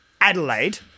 Adelaide